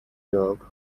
york